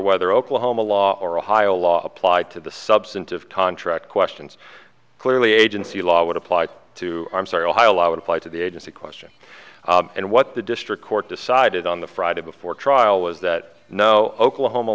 whether oklahoma law or ohio law applied to the substantive contract questions clearly agency law would apply to i'm sorry ohio law would apply to the agency question and what the district court decided on the friday before trial was that no oklahoma